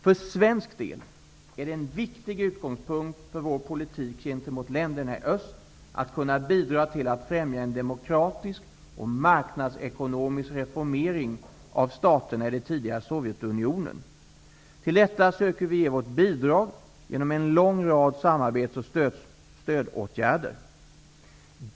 För svensk del är det en viktig utgångspunkt för vår politik gentemot länderna i öst att kunna bidra till att främja en demokratisk och marknadsekonomisk reformering av staterna i det tidigare Sovjetunionen. Till detta söker vi ge vårt bidrag genom en lång rad samarbets och stödåtgärder.